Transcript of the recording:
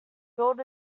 built